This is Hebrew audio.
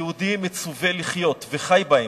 היהודי מצווה לחיות, "וחי בהם".